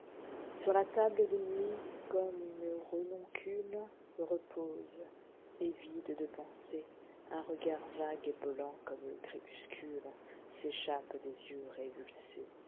sur la table de nuit comme une renoncule repose et vide de pensers un regard vague et bhmc comme le crépuscules'échappe des yeux révulsés